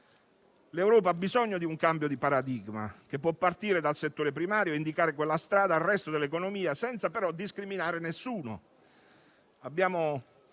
L'Europa ha bisogno di un cambio di paradigma, che può partire dal settore primario e indicare quella strada al resto dell'economia, senza però discriminare nessuno.